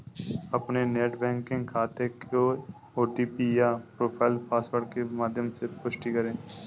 अपने net banking खाते के ओ.टी.पी या प्रोफाइल पासवर्ड के माध्यम से पुष्टि करें